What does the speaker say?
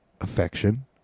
affection